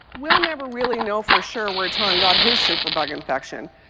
we'll never really know for sure where tom got his superbug infection,